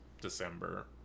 December